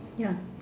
ya